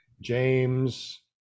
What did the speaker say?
James